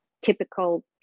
typical